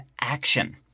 action